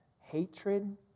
hatred